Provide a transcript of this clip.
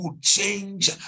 change